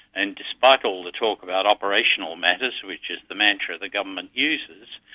and despite all the talk about operational matters, which is the mantra the government uses,